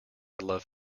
love